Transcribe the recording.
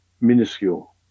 minuscule